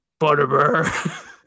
Butterbur